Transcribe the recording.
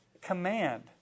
command